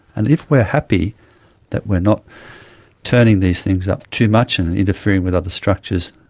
and if we are happy that we are not turning these things up too much and interfering with other structures,